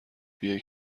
بیای